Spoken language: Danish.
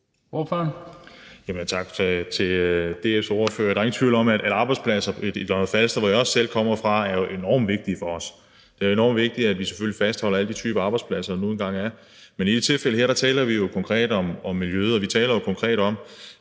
Roug (S): Tak til DF's ordfører. Der er ingen tvivl om, at arbejdspladser på Lolland-Falster, hvor jeg også selv kommer fra, er enormt vigtige for os. Det er selvfølgelig enormt vigtigt, at vi fastholder alle de typer arbejdspladser, der nu engang er der. Men i det her tilfælde taler vi jo om miljøet, og vi taler konkret om,